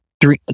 three